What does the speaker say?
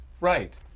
Right